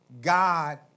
God